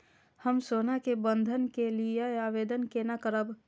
हम सोना के बंधन के लियै आवेदन केना करब?